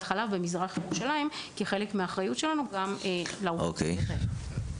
חלב במזרח ירושלים כחלק מהאחריות שלנו גם לאוכלוסייה שם.